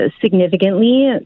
significantly